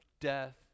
death